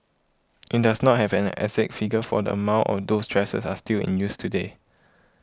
it does not have an exact figure for the amount of those dressers are still in use today